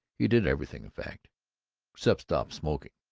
he did everything, in fact, except stop smoking.